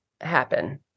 happen